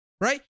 right